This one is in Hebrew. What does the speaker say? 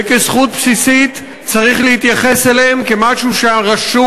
וכזכות בסיסית צריך להתייחס אליהם כמשהו שהרשות